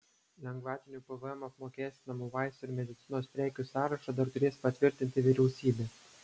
lengvatiniu pvm apmokestinamų vaistų ir medicinos prekių sąrašą dar turės patvirtinti vyriausybė